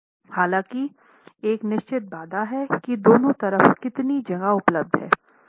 हालांकि एक निश्चित बाधा है की दोनों तरफ कितनी जगह उपलब्ध है